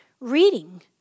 reading